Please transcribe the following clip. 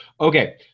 Okay